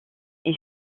est